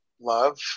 love